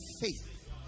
faith